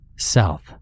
South